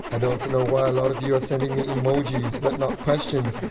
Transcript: i don't know why a lot of you are sending me emojis but not questions.